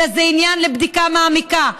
אלא זה עניין לבדיקה מעמיקה,